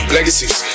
Legacies